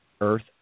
Earth